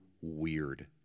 weird